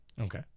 okay